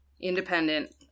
independent